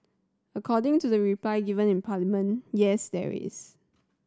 according to the reply given in Parliament yes there is